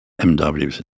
MW